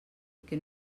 que